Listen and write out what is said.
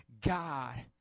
God